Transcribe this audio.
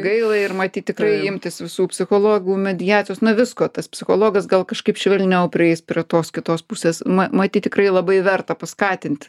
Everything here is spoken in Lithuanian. gaila ir matyt tikrai imtis visų psichologų mediacijos na visko tas psichologas gal kažkaip švelniau prieis prie tos kitos pusės ma matyt tikrai labai verta paskatinti